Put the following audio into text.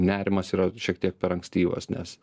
nerimas yra šiek tiek per ankstyvas nes